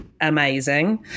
amazing